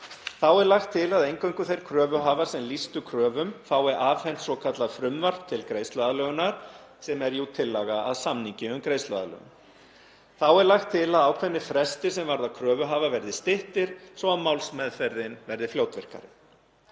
Þá er lagt til að eingöngu þeir kröfuhafar sem lýstu kröfum fái afhent svokallað frumvarp til greiðsluaðlögunar, sem er tillaga að samningi um greiðsluaðlögun. Þá er lagt til að ákveðnir frestir sem varða kröfuhafa verði styttir, svo að málsmeðferðin verði fljótvirkari.